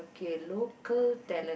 okay local talent